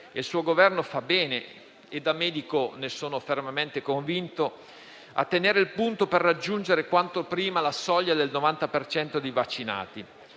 il suo Governo fa bene - da medico ne sono fermamente convinto - a tenere il punto per raggiungere quanto prima la soglia del 90 per cento